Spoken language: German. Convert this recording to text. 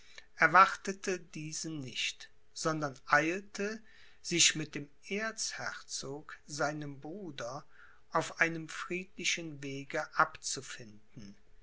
erwartete diesen nicht sondern eilte sich mit dem erzherzog seinem bruder auf einem friedlichen wege abzufinden